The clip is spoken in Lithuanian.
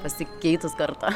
pasikeitus karta